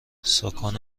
سـکان